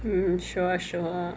hmm sure sure